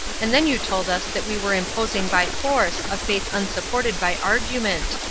and then you told us that we were imposing by force a faith unsupported by argument.